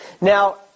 Now